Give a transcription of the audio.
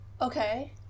Okay